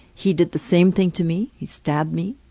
he did the same thing to me. he stabbed me.